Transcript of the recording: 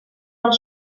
del